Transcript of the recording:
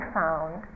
found